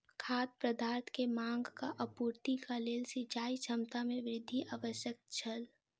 खाद्य पदार्थ के मांगक आपूर्तिक लेल सिचाई क्षमता में वृद्धि आवश्यक छल